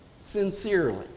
sincerely